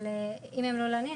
אבל אם הם לא לנים,